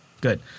Good